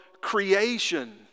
creation